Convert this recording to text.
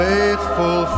Faithful